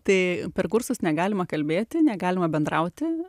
tai per kursus negalima kalbėti negalima bendrauti